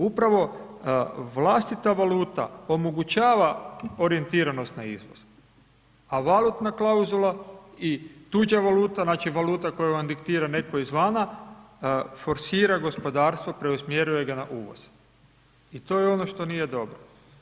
Upravo vlastita valuta omogućava orijentiranost na izvoz, a valutna klauzula i tuđa valuta, znači, valuta koju vam diktira netko iz vana, forsira gospodarstvo, preusmjeruje ga na uvoz i to je ono što nije dobro.